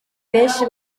benshi